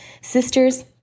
Sisters